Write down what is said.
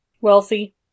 wealthy